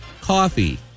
coffee